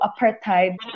apartheid